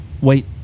Wait